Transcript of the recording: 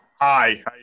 hi